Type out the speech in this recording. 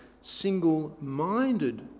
single-minded